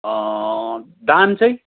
दाम चाहिँ